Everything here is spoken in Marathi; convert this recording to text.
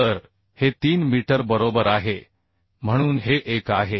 तर हे 3 मीटर बरोबर आहे म्हणून हे 1 आहे